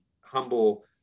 humble